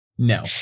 No